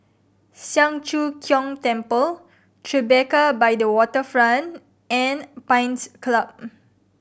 Siang Cho Keong Temple Tribeca by the Waterfront and Pines Club